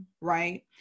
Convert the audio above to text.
right